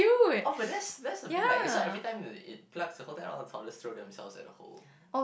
oh but that's that's a bit like that's why every time it pluck the whole thing out of the throw themselves at the hole